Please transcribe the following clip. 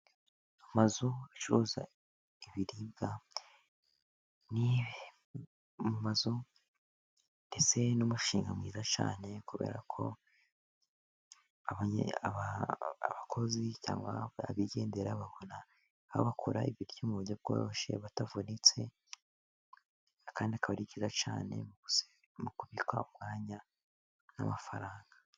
Amazu acuruza ibiribwa, ni amazu ndetse n'umushinga mwiza cyane kubera ko abakozi cyangwa abigendera bahora bakora ibiryo mu buryo bworoshye batavunitse, kandi kabarikira cyane mu kubika umwanya n'amafaranga.